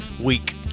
week